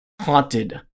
haunted